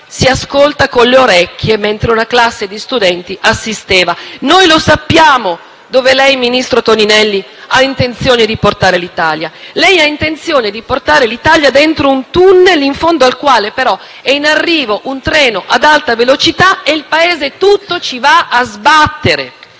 si ascolta con le orecchie mentre una classe di studenti assisteva. Noi lo sappiamo dove lei, ministro Toninelli, ha intenzione di portare l'Italia: lei ha intenzione di portare l'Italia dentro un *tunnel* in fondo al quale, però, è in arrivo un treno ad alta velocità e il Paese tutto ci va a sbattere.